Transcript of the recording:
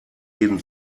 jeden